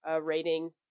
ratings